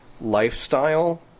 lifestyle